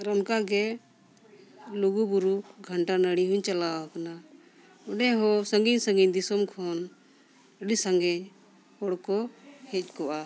ᱟᱨ ᱚᱱᱠᱟ ᱜᱮ ᱞᱩᱜᱩᱼᱵᱩᱨᱩ ᱜᱷᱟᱱᱴᱟ ᱵᱟᱲᱮ ᱦᱚᱧ ᱪᱟᱞᱟᱣ ᱟᱠᱟᱱᱟ ᱚᱸᱰᱮ ᱦᱚᱸ ᱥᱟᱺᱜᱤᱧ ᱥᱟᱺᱜᱤᱧ ᱫᱤᱥᱚᱢ ᱠᱷᱚᱱ ᱟᱹᱰᱤ ᱥᱟᱸᱜᱮ ᱦᱚᱲ ᱠᱚ ᱦᱮᱡ ᱠᱚᱜᱼᱟ